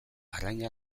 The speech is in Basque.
arrain